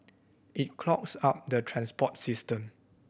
it clogs up the transport system